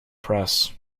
press